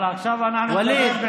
ווליד,